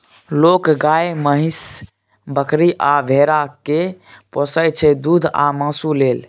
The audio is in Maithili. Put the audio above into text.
लोक गाए, महीष, बकरी आ भेड़ा केँ पोसय छै दुध आ मासु लेल